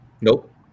Nope